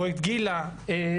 פרויקט גילה.